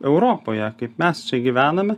europoje kaip mes čia gyvename